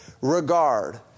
regard